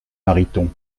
mariton